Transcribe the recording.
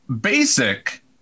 basic